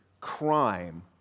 crime